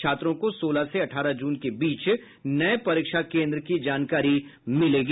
छात्रों को सोलह से अठारह जून के बीच नये परीक्षा केन्द्र की जानकारी मिलेगी